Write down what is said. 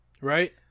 right